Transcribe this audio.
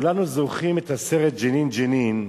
אני רוצה לומר שכולנו זוכרים את הסרט "ג'נין ג'נין",